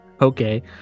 Okay